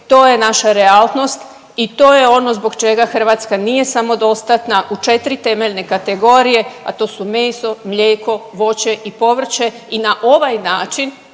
to je naša realnost i to je ono zbog čega Hrvatska nije samodostatna u 4 temeljne kategorije, a to su meso, mlijeko, voće i povrće i na ovaj način